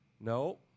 No